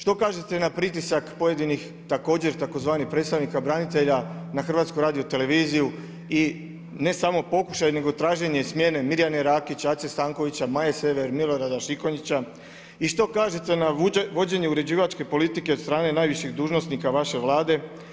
Što kažete na pritisak pojedinih također tzv. predstavnika branitelja na Hrvatsku radioteleviziju i ne samo pokušaj, nego traženje smjene Mirjane Rakić, Ace Stankovića, Maje Sever, Milorada Šikonjića i što kažete na vođenje uređivačke politike od strane najviših dužnosnika vaše Vlade.